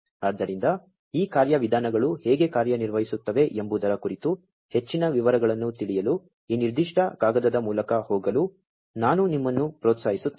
ಆದ್ದರಿಂದ ಈ ಕಾರ್ಯವಿಧಾನಗಳು ಹೇಗೆ ಕಾರ್ಯನಿರ್ವಹಿಸುತ್ತವೆ ಎಂಬುದರ ಕುರಿತು ಹೆಚ್ಚಿನ ವಿವರಗಳನ್ನು ತಿಳಿಯಲು ಈ ನಿರ್ದಿಷ್ಟ ಕಾಗದದ ಮೂಲಕ ಹೋಗಲು ನಾನು ನಿಮ್ಮನ್ನು ಪ್ರೋತ್ಸಾಹಿಸುತ್ತೇನೆ